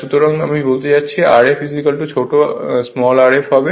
সুতরাং আমি বলতে চাচ্ছি Rf ছোট rf হবে